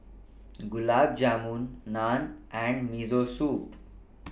Gulab Jamun Naan and Miso Soup